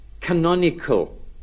canonical